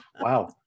Wow